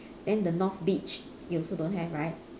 then the north beach you also don't have right